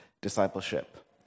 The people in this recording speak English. discipleship